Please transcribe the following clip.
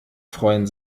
freuen